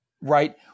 right